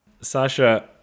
Sasha